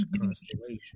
constellation